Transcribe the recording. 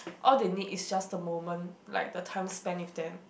all they need is just the moment like the time spent with them